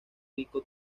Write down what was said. rico